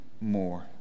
more